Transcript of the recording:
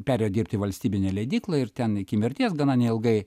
perėjo dirbti į valstybinę leidyklą ir ten iki mirties gana neilgai